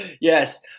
yes